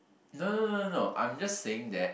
no no no no no I'm just saying that